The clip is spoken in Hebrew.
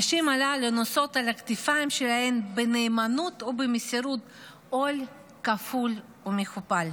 הנשים הללו נושאות על הכתפיים שלהן בנאמנות ובמסירות עול כפול ומכופל.